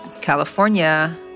California